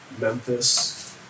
Memphis